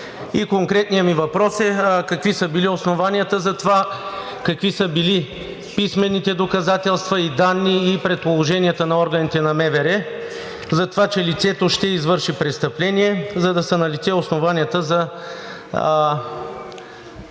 Конкретният ми въпрос е: какви са били основанията за това; какви са били писмените доказателства, данни и предположенията на органите на МВР за това, че лицето ще извърши престъпление, за да са налице основанията за